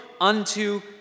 unto